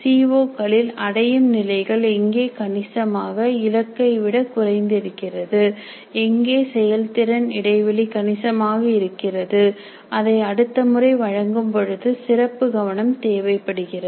CO க்களில் அடையும் நிலைகள் எங்கே கணிசமாக இலக்கை விட குறைந்து இருக்கிறது எங்கே செயல்திறன் இடைவெளி கணிசமாக இருக்கிறது அதை அடுத்த முறை வழங்கும் பொழுது சிறப்பு கவனம் தேவைப்படுகிறது